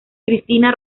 christina